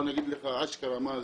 אני אגיד לך אשכרה מה זה.